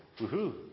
Woohoo